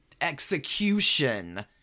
execution